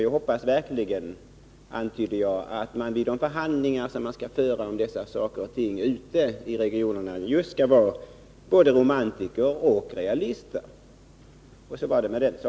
Jag antydde att jag verkligen hoppades att de som skall föra förhandlingar om dessa frågor ute i regionerna kommer att vara både romantiker och realister.